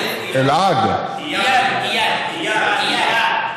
אדוני היושב-ראש.